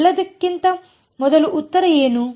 ಎಲ್ಲಕ್ಕಿಂತ ಮೊದಲು ಉತ್ತರ ಏನು